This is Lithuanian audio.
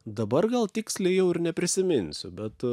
dabar gal tiksliai jau ir neprisiminsiu bet